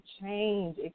change